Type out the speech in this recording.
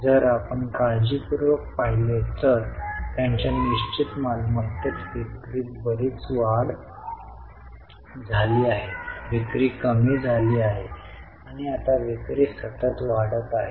जर आपण काळजीपूर्वक पाहिले तर त्यांच्या निश्चित मालमत्तेत विक्रीत बरीच वाढ झाली आहे विक्री कमी झाली आहे आणि आता विक्री सतत वाढत आहे